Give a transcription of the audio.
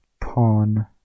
pawn